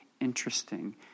interesting